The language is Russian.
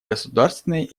государственной